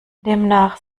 demnach